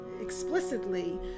explicitly